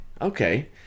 Okay